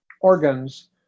organs